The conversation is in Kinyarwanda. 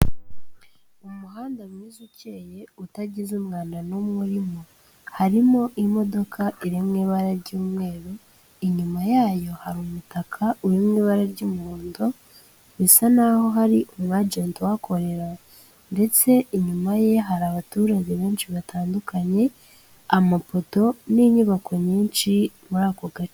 Umuhanda mwiza ucyeye utagize umwanda n'umwe urimo. Harimo imodoka iri mu ibara ry'umweru inyuma yayo hari umutaka urimo ibara ry'umuhondo bisa naho hari umwajenti uhakorera ndetse inyuma ye hari abaturage benshi batandukanye, amapoto n'inyubako nyinshi muri ako ga,,,